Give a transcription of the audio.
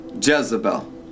Jezebel